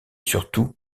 surtout